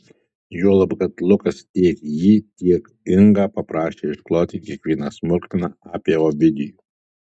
juolab kad lukas tiek jį tiek ingą paprašė iškloti kiekvieną smulkmeną apie ovidijų